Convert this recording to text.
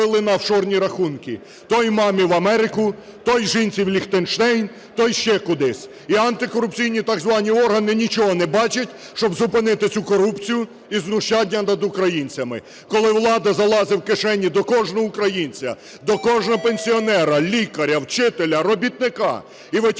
Той – мамі в Америку, той – жінці в Ліхтенштейн, той – ще кудись. І антикорупційні так звані органи нічого не бачать, щоб зупинити цю корупцію і знущання над українцями, коли влада залазить в кишені до кожного українця, до кожного пенсіонера, лікаря, вчителя, робітника і витягують